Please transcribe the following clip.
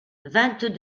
vingt